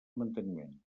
manteniment